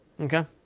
Okay